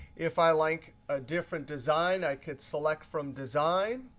if i like a different design, i could select from design.